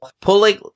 pulling